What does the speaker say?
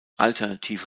alternative